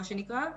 מה שנקרא,